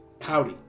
Howdy